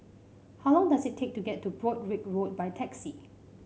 how long does it take to get to Broadrick Road by taxi